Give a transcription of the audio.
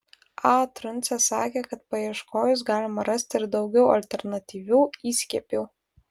a truncė sakė kad paieškojus galima rasti ir daugiau alternatyvių įskiepių